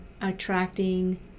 attracting